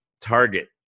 target